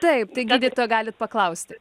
taip tai gydytoja galit paklausti